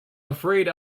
afraid